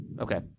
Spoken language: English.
Okay